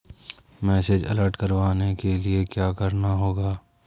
Message alert करवाने के लिए क्या करना होगा?